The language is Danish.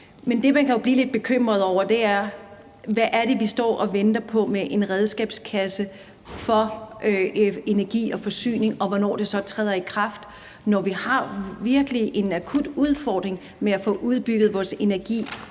Men det, man jo kan blive lidt bekymret for, er: Hvad er det, vi står og venter på, hvad angår en redskabskasse for energi og forsyning, og hvornår træder det i kraft, når vi virkelig har en akut udfordring med at få udbygget vores energi,